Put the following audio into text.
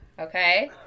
okay